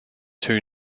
two